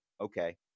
okay